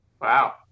Wow